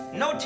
no